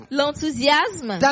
l'enthousiasme